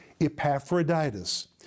Epaphroditus